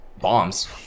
bombs